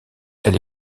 elle